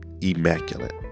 immaculate